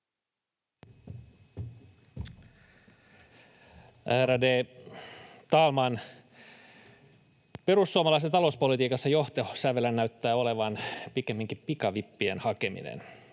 Ärade talman! Perussuomalaisten talouspolitiikassa johtosävelenä näyttää olevan pikemminkin pikavippien hakeminen.